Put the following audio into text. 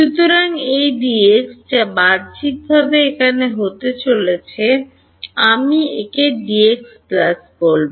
সুতরাং এই Dx যা বাহ্যিকভাবে এখানে চলে যাচ্ছে আমি একে Dx বলব